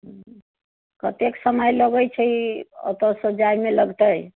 कतेक समय लगैत छै ओतऽसँ जाएमे लगतै